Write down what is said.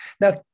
Now